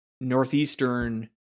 Northeastern